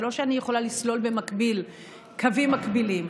זה לא שאני יכולה לסלול במקביל קווים מקבילים.